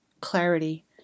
clarity